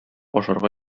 ашарга